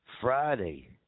Friday